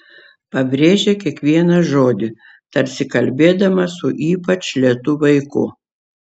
pabrėžė kiekvieną žodį tarsi kalbėdama su ypač lėtu vaiku